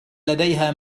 لديها